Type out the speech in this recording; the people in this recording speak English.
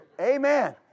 Amen